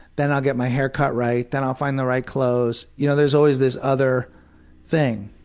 then i'll get my hair cut right, then i'll find the right clothes, you know there's always this other thing.